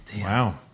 Wow